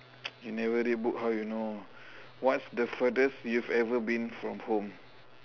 you never read book how you know what's the furthest you've ever been from home